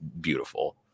beautiful